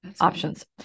options